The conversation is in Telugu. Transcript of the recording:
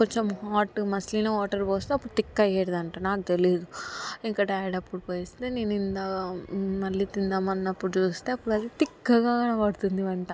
కొంచెం హాట్ మసలిన వాటర్ పోస్తే అప్పుడు థిక్ అయ్యేడిది అంట నాకు తెలీదు ఇంకా డాడీ అప్పుడు పోస్తే నేను ఇందా మళ్ళీ తిందామన్నప్పుడు చూస్తే అప్పుడది థిక్గా కనబడుతుంది వంట